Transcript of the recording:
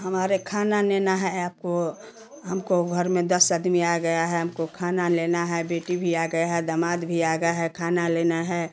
हमारे खाना ने नहाया को हमको घर में दस आदमी आ गया है हमको खाना लेना है बेटी भी आ गया है दमाद भी आ गया है खाना लेना है